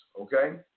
Okay